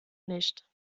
nicht